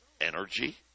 energy